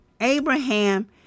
Abraham